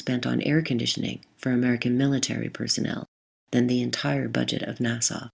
spent on air conditioning for american military personnel than the entire budget of nas